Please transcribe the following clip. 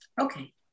okay